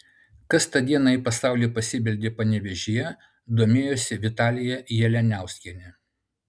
kas tą dieną į pasaulį pasibeldė panevėžyje domėjosi vitalija jalianiauskienė